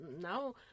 Now